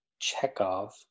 Chekhov